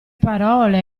parole